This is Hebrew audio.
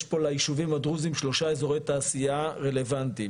יש פה ליישובים הדרוזים שלושה אזורי תעשייה רלוונטיים,